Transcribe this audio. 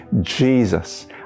Jesus